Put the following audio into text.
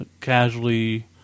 casually